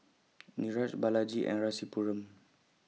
Niraj Balaji and Rasipuram